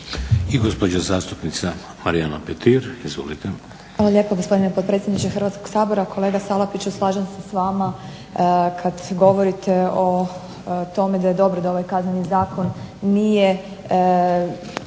I gospođa zastupnica Marijana Petir, izvolite. **Petir, Marijana (HSS)** Hvala lijepo, gospodine potpredsjedniče Hrvatskoga sabora. Kolega Salapiću, slažem se s vama kad govorite o tome da je dobro da ovaj Kazneni zakon nije